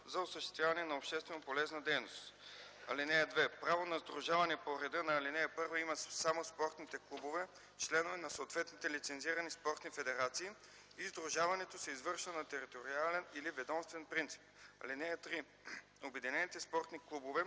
за осъществяване на общественополезна дейност. (2) Право на сдружаване по реда на ал. 1 имат само спортни клубове – членове на съответните лицензирани спортни федерации, и сдружаването се извършва на териториален или ведомствен принцип. (3) Обединените спортни клубове: